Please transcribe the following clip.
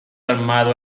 armado